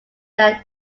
than